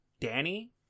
Danny